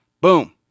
Boom